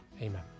Amen